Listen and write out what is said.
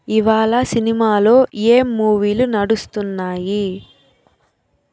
ఇవాళ సినిమాలో ఏం మూవీలు నడుస్తున్నాయి